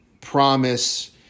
promise